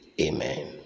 Amen